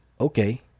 okay